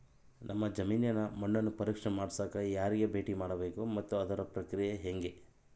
ನಮ್ಮ ಜಮೇನಿನ ಮಣ್ಣನ್ನು ಪರೇಕ್ಷೆ ಮಾಡ್ಸಕ ಯಾರಿಗೆ ಭೇಟಿ ಮಾಡಬೇಕು ಮತ್ತು ಅದರ ಪ್ರಕ್ರಿಯೆ ಹೆಂಗೆ?